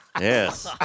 Yes